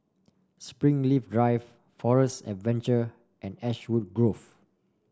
Springleaf Drive Forest Adventure and Ashwood Grove